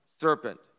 serpent